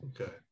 Okay